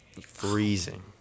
Freezing